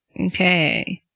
Okay